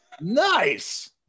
nice